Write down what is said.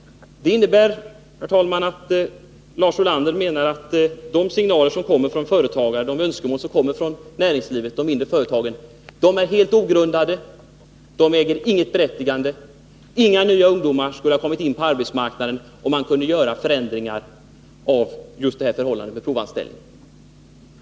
Det innebär, herr talman, att Lars Ulander menar att de signaler som kommer från företagare och de önskemål som kommer från näringslivet och de mindre företagen är helt ogrundade och inte äger något berättigande. Inga nya ungdomar skulle komma in på arbetsmarknaden, om man kunde göra förändringar just i fråga om provanställning.